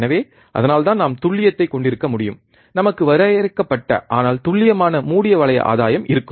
எனவே அதனால்தான் நாம் துல்லியத்தை கொண்டிருக்க முடியும் நமக்கு வரையறுக்கப்பட்ட ஆனால் துல்லியமான மூடிய வளைய ஆதாயம் இருக்கும்